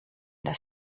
das